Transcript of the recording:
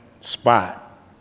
spot